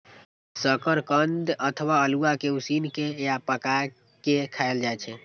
शकरकंद अथवा अल्हुआ कें उसिन के या पकाय के खायल जाए छै